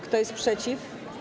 Kto jest przeciw?